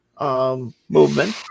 Movement